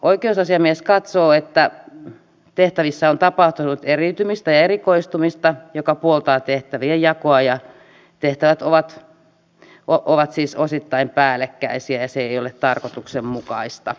oikeusasiamies katsoo että tehtävissä on tapahtunut eriytymistä ja erikoistumista mikä puoltaa tehtävien jakoa ja tehtävät ovat siis osittain päällekkäisiä ja se ei ole tarkoituksenmukaista